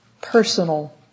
personal